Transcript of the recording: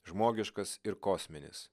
žmogiškas ir kosminis